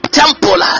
temple